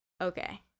okay